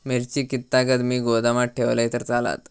मिरची कीततागत मी गोदामात ठेवलंय तर चालात?